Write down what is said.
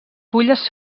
fulles